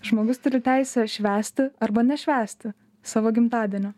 žmogus turi teisę švęsti arba nešvęsti savo gimtadienio